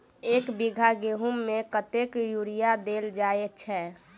एक बीघा गेंहूँ मे कतेक यूरिया देल जाय छै?